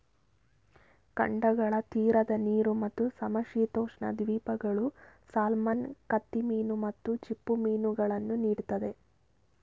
ಖಂಡಗಳ ತೀರದ ನೀರು ಮತ್ತು ಸಮಶೀತೋಷ್ಣ ದ್ವೀಪಗಳು ಸಾಲ್ಮನ್ ಕತ್ತಿಮೀನು ಮತ್ತು ಚಿಪ್ಪುಮೀನನ್ನು ನೀಡ್ತದೆ